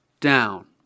down